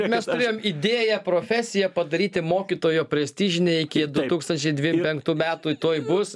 mes turėjom idėją profesiją padaryti mokytojo prestižine iki du tūkstančiai dvim penktų metų tuoj bus